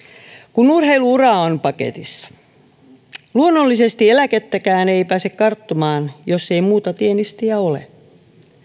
kun urheilu ura on paketissa luonnollisesti eläkettäkään ei pääse karttumaan jos ei muuta tienestiä ole